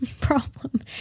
problem